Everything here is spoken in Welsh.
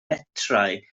metrau